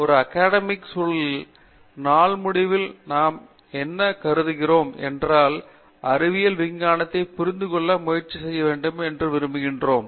ஆனால் ஒரு அகாடமிக் சூழலில் நாள் முடிவில் நாம் என்ன கருதுகிறோம் என்றால் அறிவியல் விஞ்ஞானத்தை புரிந்து கொள்ள முயற்சி செய்ய வேண்டும் என்று விரும்புகிறோம்